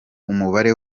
umubare